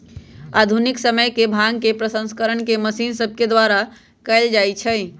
आधुनिक समय में भांग के प्रसंस्करण मशीन सभके द्वारा कएल जाय लगलइ